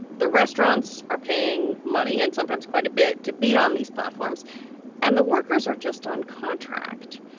the restaurants are paying money and sometimes quite a bit to be on these platforms and the workers are just on contract.